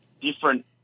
different